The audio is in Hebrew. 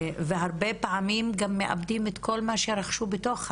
והרבה פעמים גם מאבדים את כל מה שרכשו בתוך הבית,